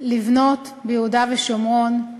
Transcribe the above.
לבנות ביהודה ושומרון.